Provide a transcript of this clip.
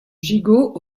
gigot